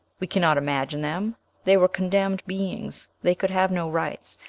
we cannot imagine them they were condemned beings they could have no rights,